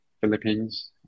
Philippines